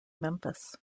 memphis